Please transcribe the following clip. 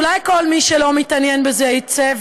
אולי כל מי שלא מתעניין בזה יצא,